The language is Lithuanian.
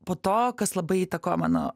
po to kas labai įtakojo mano